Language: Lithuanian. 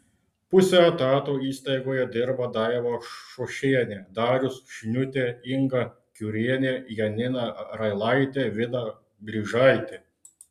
puse etato įstaigoje dirba daiva šošienė darius šniutė inga kiurienė janina railaitė vida blyžaitė